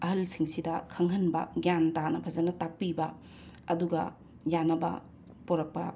ꯑꯍꯜꯁꯤꯡꯁꯤꯗ ꯈꯪꯍꯟꯕ ꯒ꯭ꯌꯥꯟ ꯇꯥꯅ ꯐꯖꯅ ꯇꯥꯛꯄꯤꯕ ꯑꯗꯨꯒ ꯌꯥꯅꯕ ꯄꯨꯔꯛꯄ